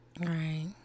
Right